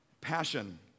passion